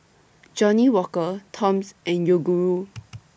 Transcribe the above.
Johnnie Walker Toms and Yoguru